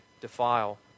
defile